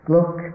Look